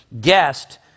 guest